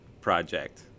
project